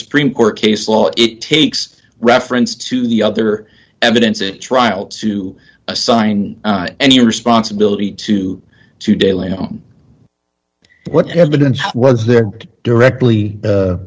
supreme court case law it takes reference to the other evidence it trial to assign any responsibility to to daily on what evidence was there directly